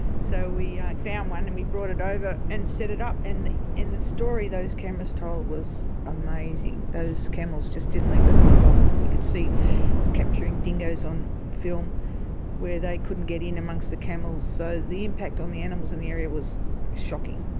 so we ah found one and we brought it over and set it up, and the story those cameras told was amazing, those camels just didn't leave that waterhole. we could see capturing dingoes on film where they couldn't get in amongst the camels. so the impact on the animals in the area was shocking.